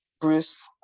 bruce